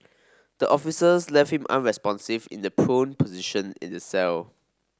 the officers left him unresponsive in the prone position in the cell